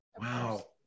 Wow